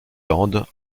landes